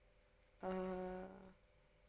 err